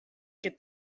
que